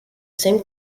same